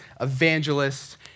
evangelists